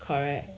correct